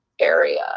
area